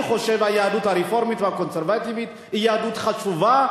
אני חושב שהיהדות הרפורמית והקונסרבטיבית היא יהדות חשובה.